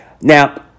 Now